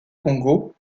congo